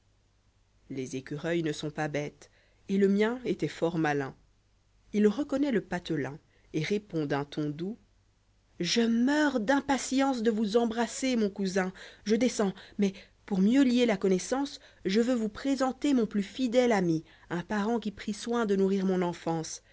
les écureuils ne sont pas bêtes et le mien étoit fort malin h reconnoît le patelin et répond d'un ton doux je meurs d'impatience de vous embrasser mon'cousin je descends mais pour mieux lier la connoissançe je veux vous'présenter mon plus fidèle ami un parent qui prit soin de nourrir mon enfance